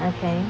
okay